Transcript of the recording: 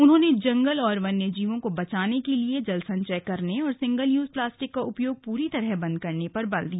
उन्होंने जंगल और वन्य जीवों को बचाने के लिए जल संचय करने और सिंगल यूज प्लास्टिक का उपयोग पूरी तरह से बंद करने पर बल दिया